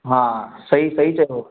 हा सही सही चयोवि